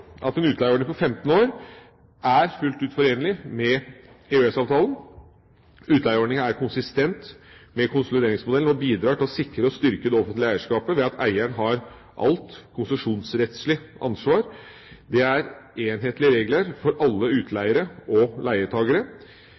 at en utleieordning på 15 år er fullt ut forenlig med EØS-avtalen. Utleieordninga er konsistent med konsolideringsmodellen og bidrar til å sikre og styrke det offentlige eierskapet, ved at eieren har alt konsesjonsrettslig ansvar. Det er enhetlige regler for alle utleiere og leietakere.